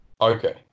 Okay